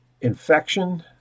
infection